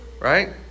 right